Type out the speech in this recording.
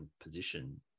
position